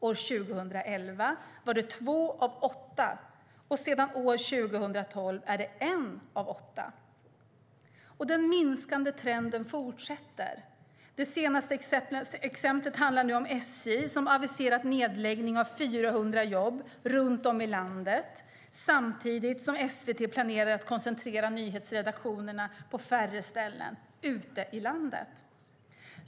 År 2011 var det två av åtta, och sedan 2012 är det en av åtta. Den minskande trenden fortsätter. Det senaste exemplet handlar nu om SJ som aviserat nedläggning av 400 jobb runt om i landet samtidigt som SVT planerar att koncentrera nyhetsredaktionerna på färre ställen ute i landet.